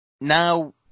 now